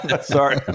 sorry